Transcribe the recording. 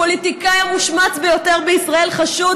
הפוליטיקאי המושמץ ביותר בישראל חשוד